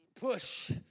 push